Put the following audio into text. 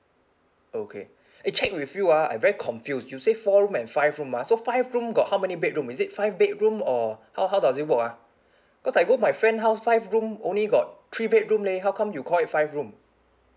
okay eh check with you ah I very confused you say four room and five room ah so five room got how many bedroom is it five bedroom or how how does it work ah cause I go my friend house five room only got three bedroom leh how come you call it five room